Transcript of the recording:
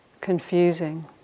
confusing